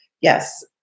yes